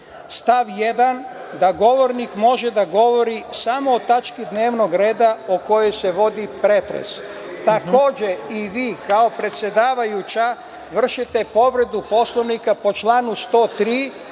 stav 1, da govornik može da govori samo o tački dnevnog reda o kojoj se vodi pretres. Takođe, i vi kao predsedavajuća vršite povredu Poslovnika po članu 103.